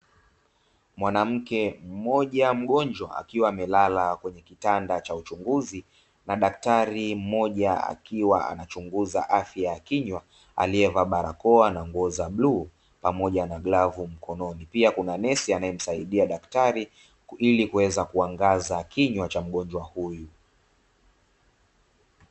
Mwanamke mmoja mgonjwa akiwa amelala kwenye kitanda cha uchunguzi, na daktari mmoja akiwa anachunguza afya ya kinywa, aliyeva barakoa ya rangi ya bluu pamoja na glavu mkononi, kukiwa na nesi anayemsaidia daktari ili kuweza kuangaza kinywa cha mgonjwa huyu.